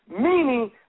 meaning